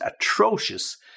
atrocious